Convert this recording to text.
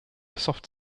soft